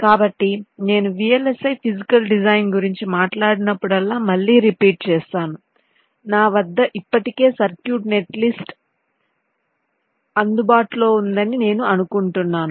కాబట్టి నేను VLSI physical design గురించి మాట్లాడినప్పుడల్లా మళ్ళీ రిపీట్ చేస్తాను నా వద్ద ఇప్పటికే సర్క్యూట్ నెట్లిస్ట్ అందుబాటులో ఉందని నేను అనుకుంటున్నాను